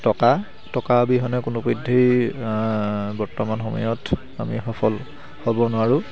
টকা টকা অবিহনে কোনোপধ্যেই বৰ্তমান সময়ত আমি সফল হ'ব নোৱাৰোঁ